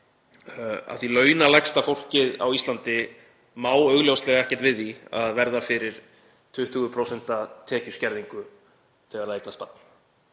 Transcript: að launalægsta fólkið á Íslandi má augljóslega ekkert við því að verða fyrir 20% tekjuskerðingu þegar það eignast barn.